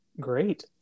great